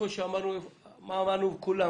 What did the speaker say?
אמרנו כולם